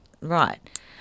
Right